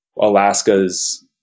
Alaska's